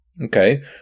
Okay